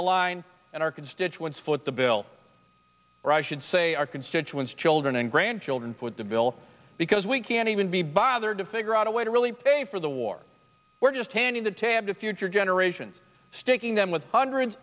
the line and our constituents foot the bill or i should say our constituents children and grandchildren foot the bill because we can't even be bothered to figure out a way to really pay for the war we're just handing the tab to future generations sticking them with hundreds